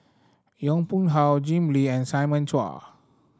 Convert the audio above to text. Yong Pung How Jim Lim and Simon Chua